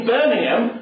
Birmingham